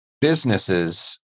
businesses